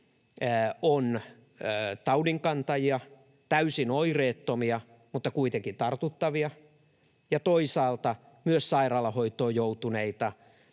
on taudinkantajina, täysin oireettomina mutta kuitenkin tartuttavina, ja toisaalta myös sairaalahoitoon joutuneita